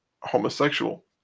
homosexual